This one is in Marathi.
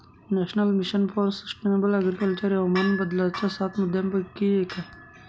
national mission for sustainable agriculture हे हवामान बदलाच्या सात मुद्यांपैकी एक आहे